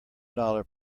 dollar